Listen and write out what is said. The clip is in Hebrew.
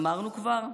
אמרנו כבר?